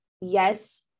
yes